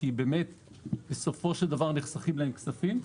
כי באמת בסופו של דבר נחסכים להן כספים.